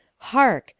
hark!